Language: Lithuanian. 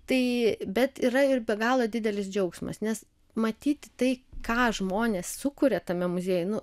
tai bet yra ir be galo didelis džiaugsmas nes matyti tai ką žmonės sukuria tame muziejuj nu